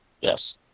Yes